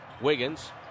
Wiggins